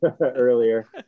earlier